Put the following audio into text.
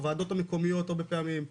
הוועדות המקומיות הרבה פעמים,